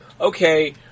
okay